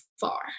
far